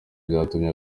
byatumye